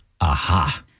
Aha